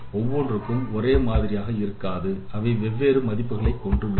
ஒவ்வொன்றும் ஒரே மாதிரியாக இருக்காது அவை வெவ்வேறு மதிப்புகளை கொண்டுள்ளது